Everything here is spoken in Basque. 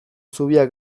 zubiak